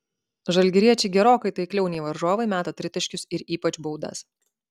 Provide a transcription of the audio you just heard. žalgiriečiai gerokai taikliau nei varžovai meta tritaškius ir ypač baudas